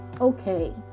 okay